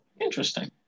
Interesting